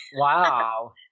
Wow